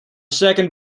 second